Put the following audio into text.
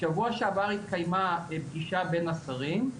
שבוע שעבר התקיימה פגישה בין השרים,